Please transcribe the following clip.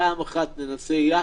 ואפשר לייצר אותם בארץ.